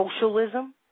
socialism